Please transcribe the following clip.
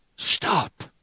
Stop